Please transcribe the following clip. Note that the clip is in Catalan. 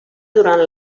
durant